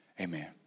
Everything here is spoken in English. Amen